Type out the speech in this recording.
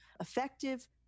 effective